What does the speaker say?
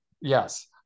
Yes